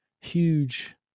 huge